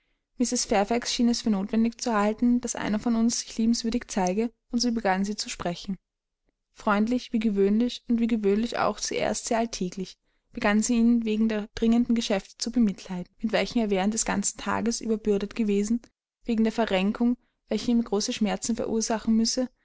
schien es für notwendig zu halten daß einer von uns sich liebenswürdig zeige und so begann sie zu sprechen freundlich wie gewöhnlich und wie gewöhnlich auch zuerst sehr alltäglich begann sie ihn wegen der dringenden geschäfte zu bemitleiden mit welchen er während des ganzen tages überbürdet gewesen wegen der verrenkung welche ihm große schmerzen verursachen müsse